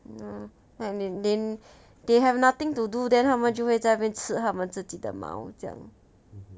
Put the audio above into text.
mm like they they have nothing to do then 他们就会在那边吃他们自己的毛这样